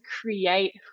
create